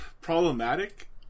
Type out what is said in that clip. Problematic